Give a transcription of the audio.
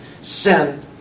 Sin